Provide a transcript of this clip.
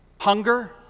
Hunger